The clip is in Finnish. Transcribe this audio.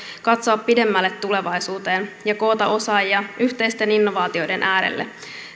katsoa pidemmälle tulevaisuuteen koota osaajia yhteisten innovaatioiden äärelle